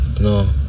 No